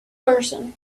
person